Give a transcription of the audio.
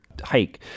hike